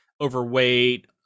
overweight